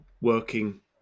working